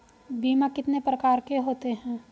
बीमा कितने प्रकार के होते हैं?